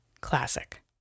Classic